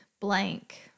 blank